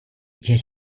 yet